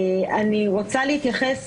אני רוצה להתייחס